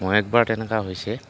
মোৰ একবাৰ তেনেকুৱা হৈছে